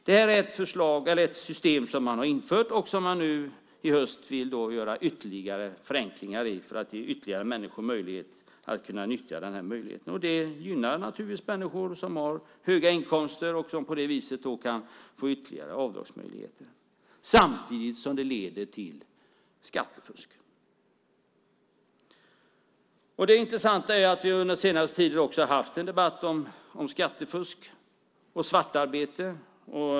Det här är ett system som man har infört och som man nu i höst vill göra ytterligare förenklingar i för att ge fler människor möjlighet att nyttja detta. Det gynnar naturligtvis människor som har höga inkomster och som på det viset kan få ytterligare avdragsmöjligheter samtidigt som det leder till skattefusk. Det intressanta är att vi under den senaste tiden också har haft en debatt om skattefusk och svartarbete.